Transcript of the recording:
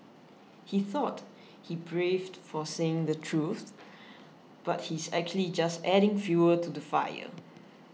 he thought he's braved for saying the truth but he's actually just adding fuel to the fire